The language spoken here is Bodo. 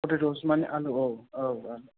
पटेट'स मानि आलु औ औ औ